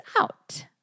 out